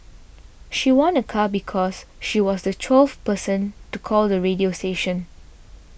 she won a car because she was the twelfth person to call the radio station